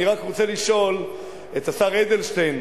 אני רק רוצה לשאול את השר אדלשטיין,